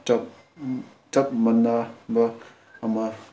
ꯆꯞ ꯆꯞ ꯃꯥꯟꯅꯕ ꯑꯃ